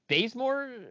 Bazemore